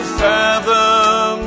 fathom